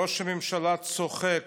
ראש הממשלה צוחק